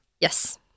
Yes